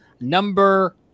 number